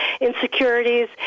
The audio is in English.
insecurities